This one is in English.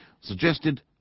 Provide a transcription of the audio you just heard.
suggested